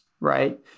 right